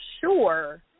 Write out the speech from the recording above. sure